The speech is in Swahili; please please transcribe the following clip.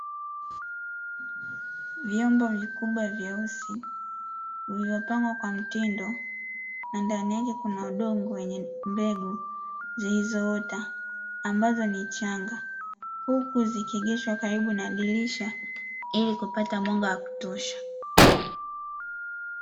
Vyombo vikubwa vyeusi uliwapangwa kwa mtindo, na ndani yake kuna udongo wenye mbegu zilizoota, ambazo ni changa huku zikigeshwa karibu na dirisha ili kupata mwanga wa kutosha.